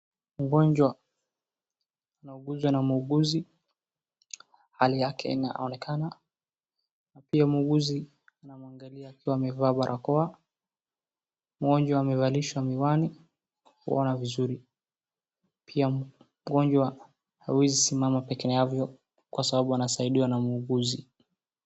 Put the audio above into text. Mgonjwa anayeguzwa na muuguzi, hali yake inaonekana na pia muuguzi anamwangalia aiwa amevaa barakoa, mgonjwa amevalishwa miwani kuona vizuri pia mgonjwa hawezi simama peke yake kwa sababu anasaidiwa na muuguzi.